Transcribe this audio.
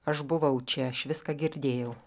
aš buvau čia aš viską girdėjau